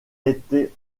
été